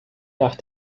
nach